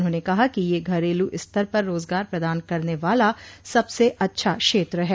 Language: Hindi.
उन्होंने कहा कि यह घरेलू स्तर पर रोजगार प्रदान करने वाला सबसे अच्छा क्षेत्र है